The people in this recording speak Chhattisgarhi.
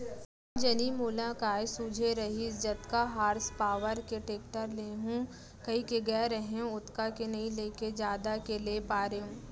कोन जनी मोला काय सूझे रहिस जतका हार्स पॉवर के टेक्टर लेहूँ कइके गए रहेंव ओतका के नइ लेके जादा के ले पारेंव